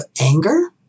anger